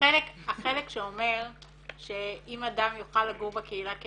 החלק שאומר שאם אדם יוכל לגור בקהילה כן